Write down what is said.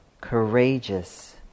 courageous